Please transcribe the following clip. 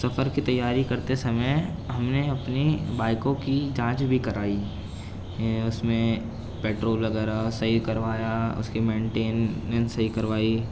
سفر کی تیاری کرتے سمے ہم نے اپنی بائیکوں کی جانچ بھی کرائی اس میں پیٹرول وغیرہ صحیح کروایا اس کی مینٹنینس صحیح کروائی